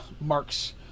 marks